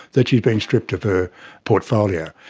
that she had been stripped of her portfolio.